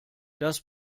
das